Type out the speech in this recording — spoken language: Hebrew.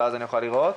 לראות